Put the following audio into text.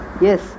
Yes